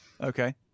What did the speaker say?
Okay